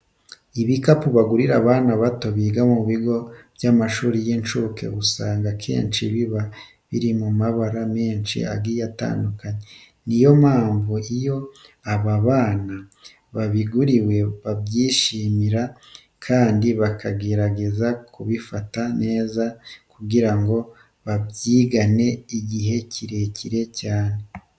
Ibikapu bagurira abana bato biga mu bigo by'amashuri y'incuke, usanga akenshi biba biri mu mabara menshi agiye atandukanue. Ni yo mpamvu iyo aba bana babiguriwe babyishimira kandi bakagerageza kubifata neza kugira ngo babyigane igihe kirekire cyane.